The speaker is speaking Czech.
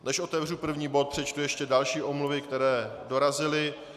Než otevřu první bod, přečtu ještě další omluvy, které dorazily.